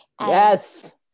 Yes